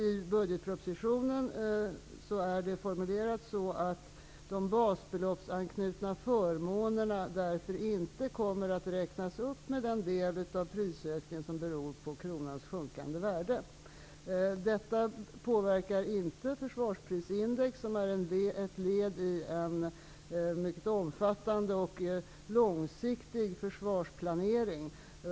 I budgetpropositionen är det formulerat att de basbeloppsanknutna förmånerna inte kommer att räknas upp med den del av prisökningen som beror på kronans sjunkande värde. Detta påverkar inte försvarsprisindex, som är ett led i en mycket omfattande och långsiktig försvarsplanering.